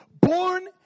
Born